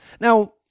Now